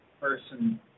person